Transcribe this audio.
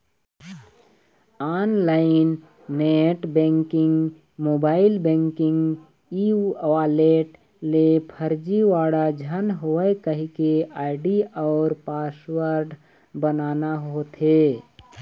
online net banking, mobile banking, e wallet ले फरजीवाड़ा झन होए कहिके आईडी अउ पासवर्ड बनाना होथे